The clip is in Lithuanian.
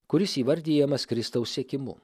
kuris įvardijamas kristaus sekimu